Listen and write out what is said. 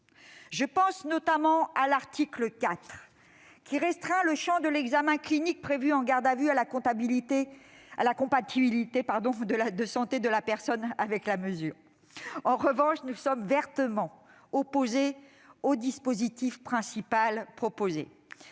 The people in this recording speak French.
Je pense notamment à l'article 4, qui restreint le champ de l'examen clinique prévu en garde à vue à la compatibilité de santé de la personne avec la mesure. En revanche, nous sommes vertement opposés au principal dispositif proposé.